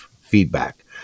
feedback